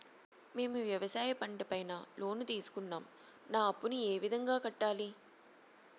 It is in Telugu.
మేము వ్యవసాయ పంట పైన లోను తీసుకున్నాం నా అప్పును ఏ విధంగా కట్టాలి